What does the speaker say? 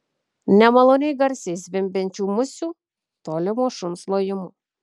nemaloniai garsiai zvimbiančių musių tolimo šuns lojimo